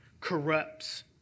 corrupts